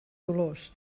dolors